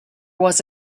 was